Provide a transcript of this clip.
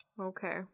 Okay